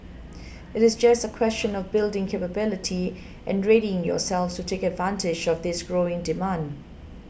it's just a question of building capability and readying yourselves to take advantage of this growing demand